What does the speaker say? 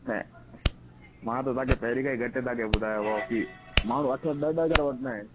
न मां त तव्हांखे पहिरीं खां ई घटि तव्हांखे ॿुधायो आहे की माण्हू अठ अठ ॾह ॾह हज़ार वठंदा आहिनि